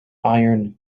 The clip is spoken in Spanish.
iron